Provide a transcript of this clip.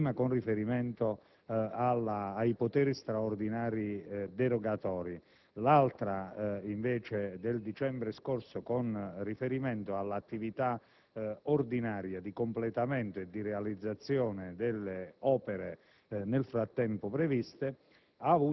(la prima con riferimento ai poteri straordinari derogatori, l'altra, invece, del dicembre scorso, con riferimento all'attività in regime ordinario di completamento e di realizzazione delle opere nel frattempo programmate)